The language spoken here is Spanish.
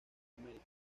american